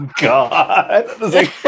God